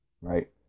Right